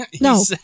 No